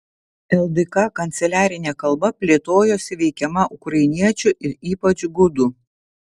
ldk kanceliarinė kalba plėtojosi veikiama ukrainiečių ir ypač gudų